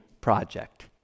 project